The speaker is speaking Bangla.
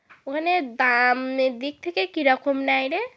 ওখানে দামের দিক থেকে কী রকম নেয় রে